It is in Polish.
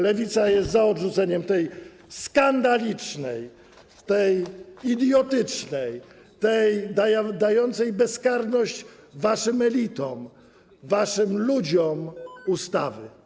Lewica jest za odrzuceniem tej skandalicznej, tej idiotycznej, tej dającej bezkarność waszym elitom, waszym ludziom ustawy.